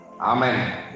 Amen